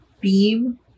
beam